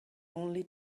only